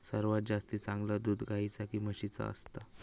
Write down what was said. सर्वात जास्ती चांगला दूध गाईचा की म्हशीचा असता?